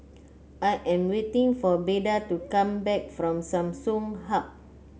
I am waiting for Beda to come back from Samsung Hub